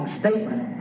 statement